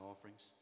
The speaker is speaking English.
offerings